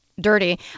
Dirty